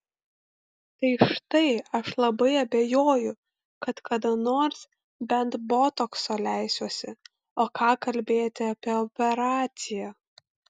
tai štai aš labai abejoju kad kada nors bent botokso leisiuosi o ką kalbėti apie operaciją